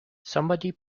somebody